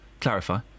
clarify